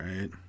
right